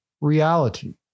reality